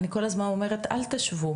אני כל הזמן אומרת אל תשוו,